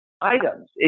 items